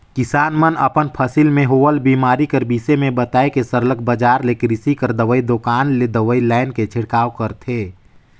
किसान मन अपन फसिल में होवल बेमारी कर बिसे में बताए के सरलग बजार ले किरसी कर दवई दोकान ले दवई लाएन के छिड़काव करथे